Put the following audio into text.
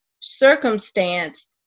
circumstance